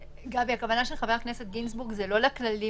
הכוונה של חבר הכנסת גינזבורג זה לא הכללים